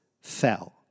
fell